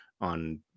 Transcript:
on